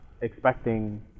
expecting